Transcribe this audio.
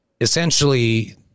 essentially